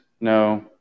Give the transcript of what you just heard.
no